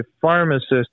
pharmacist